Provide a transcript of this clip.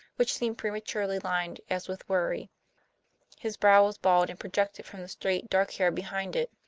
which seemed prematurely lined as with worry his brow was bald, and projected from the straight, dark hair behind it.